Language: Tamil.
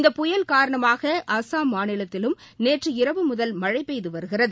இந்த புயல் காரணமாக அஸ்ஸாம் மாநிலத்திலும் நேற்று இரவு முதல் மழை பெய்து வருகிறது